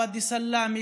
ואדי סלאמה,